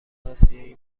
آسیایی